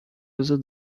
other